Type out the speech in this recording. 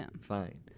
fine